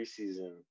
preseason